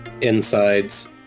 insides